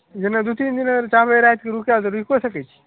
जेना दू तीन आर चाहबै रातिकेँ रुकय लेल तऽ रुकिओ सकै छियै